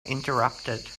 interrupted